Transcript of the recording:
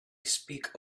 speak